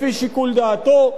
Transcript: לפי שיקול דעתו,